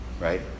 right